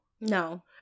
No